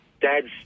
dads